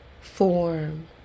Form